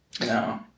No